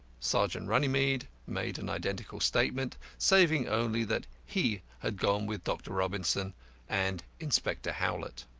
sergeant runnymede made an identical statement, saving only that he had gone with dr. robinson and inspector howlett.